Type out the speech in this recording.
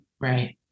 Right